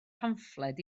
pamffled